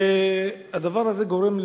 הדבר הזה גורם,